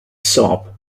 sob